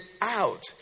out